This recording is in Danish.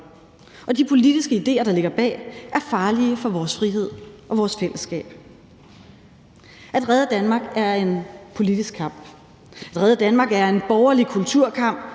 og de politiske idéer, der ligger bag, er farlige for vores frihed og vores fællesskab. At redde Danmark er en politisk kamp. At redde Danmark er en borgerlig kulturkamp